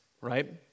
right